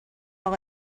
اقا